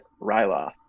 ryloth